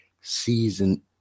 season